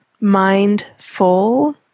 mindful